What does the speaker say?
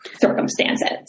circumstances